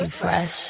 fresh